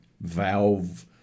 Valve